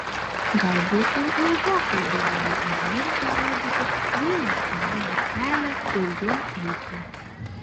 galbūt jau ilgokai buvome užmiršę rodyti gailestingumo kelią ir juo eiti